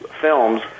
films